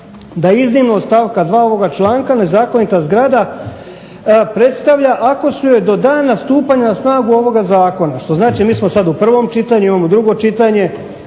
da iznimno od stavka 2. ovoga članka nezakonita zgrada predstavlja ako su joj do dana stupanja na snagu ovoga Zakona što znači mi smo sad u prvom čitanju. Imamo drugo čitanje,